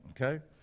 okay